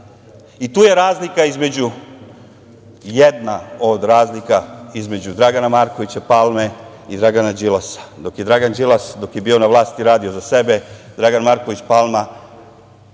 za narod. Tu je jedna od razlika između Dragana Markovića Palme i Dragana Đilasa. Dok je Dragan Đilas bio na vlasti je radio za sebe, Dragan Marković Palma,